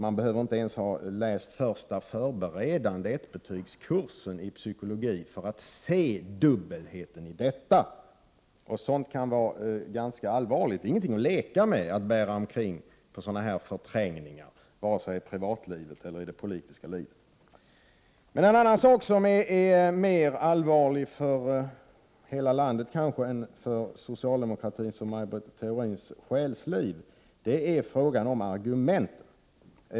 Man behöver inte ens ha läst första förberedande, ettbetygskursen, i psykologi för att se dubbelheten i detta. Sådant kan vara ganska allvarligt. Det är ingenting att leka med att bära omkring på sådana förträngningar, vare sig i privatlivet eller i det politiska livet. En annan sak, som är mer allvarlig för hela landet än för socialdemokratins och Maj Britt Theorins själsliv, är frågan om argumenten.